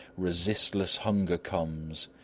resistless hunger comes,